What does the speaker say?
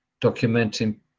documenting